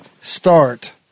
start